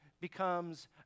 becomes